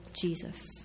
Jesus